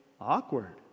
awkward